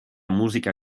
música